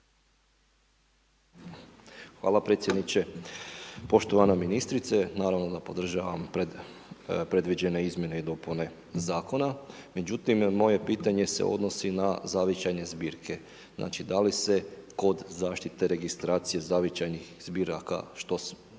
Hvala predsjedniče. Poštovana ministrice, naravno da podržavam predviđene izmjene i dopune zakona, međutim moje pitanje se odnosi na zavičajna zbirke, znači da li se kod zaštite registracije zavičajnih zbiraka što